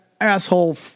asshole